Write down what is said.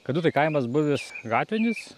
kadu tai kaimas buvęs gatvinis